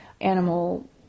animal